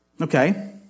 Okay